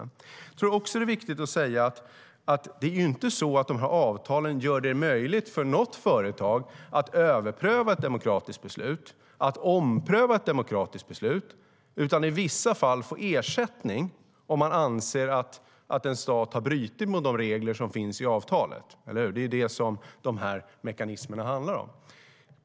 Det är också viktigt att säga att det inte är så att dessa avtal gör det möjligt för något företag att överpröva ett demokratiskt beslut, att ompröva ett demokratiskt beslut, utan i vissa fall få ersättning om man anser att en stat har brutit mot de regler som finns i avtalet. Det är detta som dessa mekanismer handlar om.